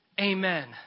Amen